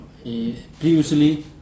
previously